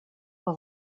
pour